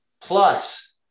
plus